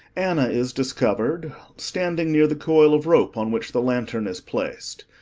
anna is discovered standing near the coil of rope on which the lantern is placed.